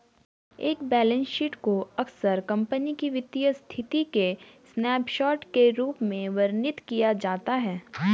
एक balance sheet को अक्सर कंपनी की वित्तीय स्थिति के स्नैपशॉट के रूप में वर्णित किया जाता है